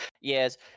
Yes